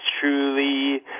truly